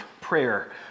prayer